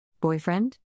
Boyfriend